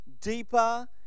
deeper